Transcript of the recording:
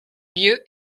lieu